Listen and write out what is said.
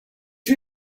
you